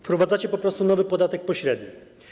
Wprowadzacie po prostu nowy podatek pośredni.